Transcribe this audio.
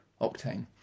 Octane